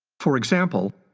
for example,